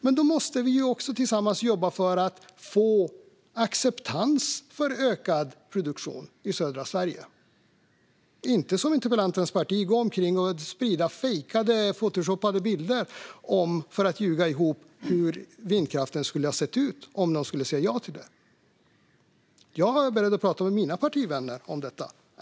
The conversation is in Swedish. Men då måste vi också tillsammans jobba för att få acceptans för ökad produktion i södra Sverige, inte som interpellantens parti gå omkring och sprida fejkade photoshoppade bilder för att ljuga ihop hur vindkraften skulle ha sett ut om man skulle säga ja till den. Jag är beredd att prata med mina partivänner om detta.